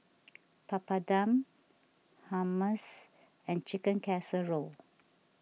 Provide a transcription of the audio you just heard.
Papadum Hummus and Chicken Casserole